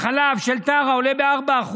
החלב של טרה עולה ב-4%,